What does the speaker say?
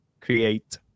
create